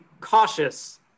cautious